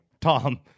Tom